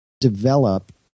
develop